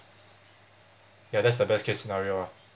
ya that's the best case scenario ah